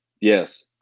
Yes